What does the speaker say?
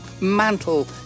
mantle